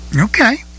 Okay